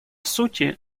сути